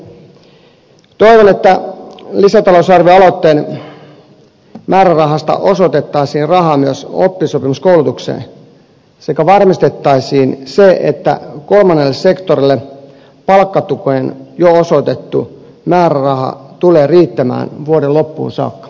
toivon että lisätalousarvioaloitteen määrärahasta osoitettaisiin rahaa myös oppisopimuskoulutukseen sekä varmistettaisiin se että kolmannelle sektorille palkkatukeen jo osoitettu määräraha tulee riittämään vuoden loppuun saakka